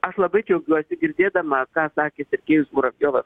aš labai džiaugiuosi girdėdama ką sakė sergejus muravjovas